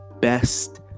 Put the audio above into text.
best